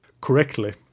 correctly